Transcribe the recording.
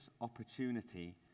opportunity